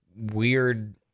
weird